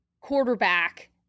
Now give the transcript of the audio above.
quarterback –